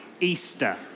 Easter